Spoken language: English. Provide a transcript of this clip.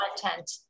content